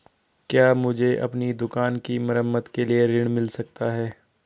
क्या मुझे अपनी दुकान की मरम्मत के लिए ऋण मिल सकता है?